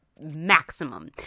maximum